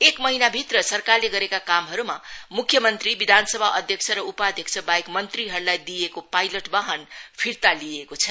एक महिनाभित्र सरकारले गरेका कामहरूमा म्ख्य मंत्री विधानसभा अध्यक्ष र उपाध्यक्ष बाहेक मंत्रीहरूलाई दिइएको पाइलट बाहन फिर्ता लिइएको छ